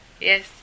Yes